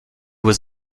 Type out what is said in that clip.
was